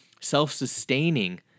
self-sustaining